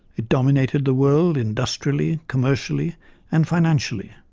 it dominated the world industrially, commercially and financially.